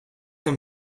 naar